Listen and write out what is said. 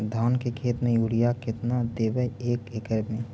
धान के खेत में युरिया केतना देबै एक एकड़ में?